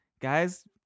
guys